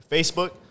Facebook